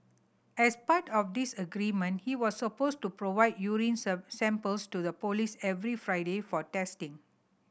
as part of this agreement he was supposed to provide urine samples to the police every Friday for testing